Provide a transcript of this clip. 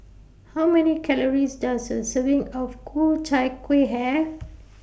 How Many Calories Does A Serving of Ku Chai Kueh Have